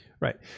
Right